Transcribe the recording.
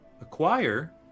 acquire